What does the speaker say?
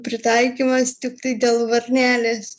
pritaikymas tiktai dėl varnelės